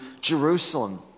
Jerusalem